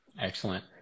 Excellent